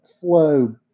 flow